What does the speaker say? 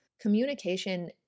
Communication